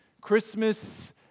Christmas